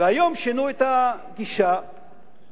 והיום שינו את הגישה באופן